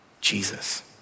Jesus